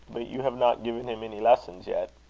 but you have not given him any lessons yet.